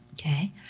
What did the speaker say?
Okay